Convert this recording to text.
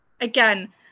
again